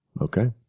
Okay